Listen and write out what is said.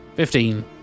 Fifteen